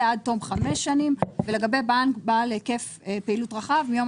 עד תום חמש שנים ולגבי בנק בעל היקף פעילות רחב מיום